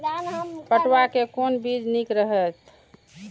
पटुआ के कोन बीज निक रहैत?